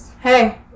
hey